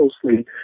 closely